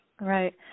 Right